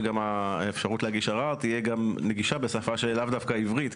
שגם האפשרות להגיש ערר תהיה נגישה בשפה שהיא לאו דווקא עברית,